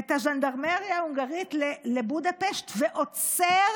את הז'נדרמריה ההונגרית לבודפשט ועוצר